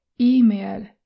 email